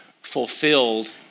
fulfilled